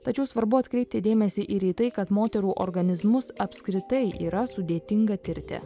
tačiau svarbu atkreipti dėmesį ir į tai kad moterų organizmus apskritai yra sudėtinga tirti